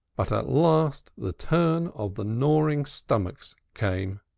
but at last the turn of the gnawing stomachs came.